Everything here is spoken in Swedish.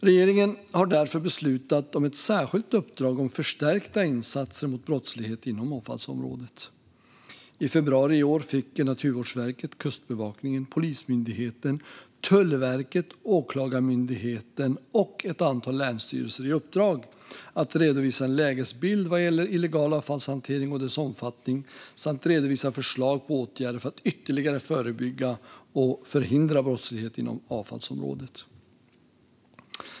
Regeringen har därför beslutat om ett särskilt uppdrag gällande förstärkta insatser mot brottslighet inom avfallsområdet. I februari i år fick Naturvårdsverket, Kustbevakningen, Polismyndigheten, Tullverket, Åklagarmyndigheten och ett antal länsstyrelser i uppdrag att redovisa en lägesbild vad gäller illegal avfallshantering och dess omfattning samt redovisa förslag på åtgärder för att ytterligare förebygga och förhindra brottslighet inom avfallsområdet.